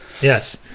yes